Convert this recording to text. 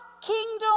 kingdom